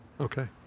Okay